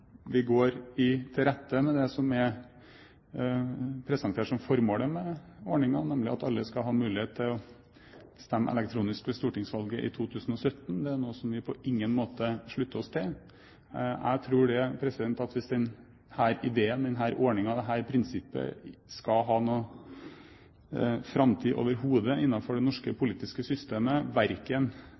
Vi går i rette med det som er presentert som formålet med ordningen, nemlig at alle skal ha mulighet til å stemme elektronisk ved stortingsvalget i 2017. Det er noe som vi på ingen måte slutter oss til. Jeg tror at hvis denne ideen, denne ordningen, dette prinsippet skal ha noen framtid overhodet innenfor det norske politiske systemet,